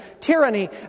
tyranny